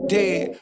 dead